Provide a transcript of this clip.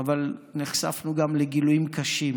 אבל נחשפנו גם לגילויים קשים